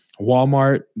Walmart